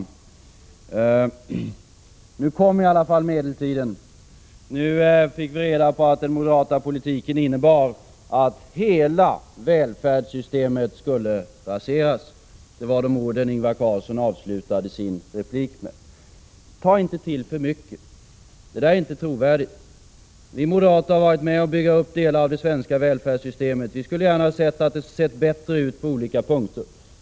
Nu kom i alla fall medeltiden! Nu fick vi reda på att den moderata politiken innebar att hela välfärdssystemet skulle raseras. Det var så Ingvar Carlsson avslutade sitt inlägg nyss. Ta inte till för mycket! Det där är inte trovärdigt. Vi moderater har varit med om att bygga upp delar av det svenska välfärdssystemet. Vi skulle gärna ha sett att det varit bättre på olika punkter.